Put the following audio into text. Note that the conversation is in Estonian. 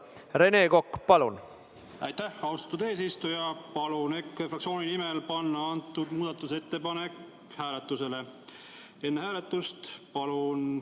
Rene Kokk, palun! Aitäh, austatud eesistuja! Palun EKRE fraktsiooni nimel panna antud muudatusettepanek hääletusele ja enne seda palun